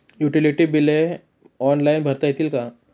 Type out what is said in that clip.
Utility बिले online भरता येतील का?